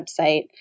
website